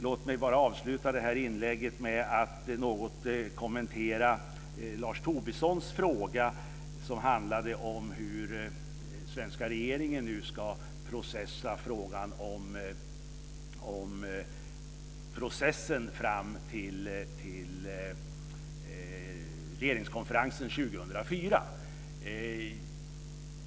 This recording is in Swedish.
Låt mig bara avsluta detta inlägg med att något kommentera Lars Tobissons fråga om hur den svenska regeringen nu ska behandla frågan om processen fram till regeringskonferensen 2004.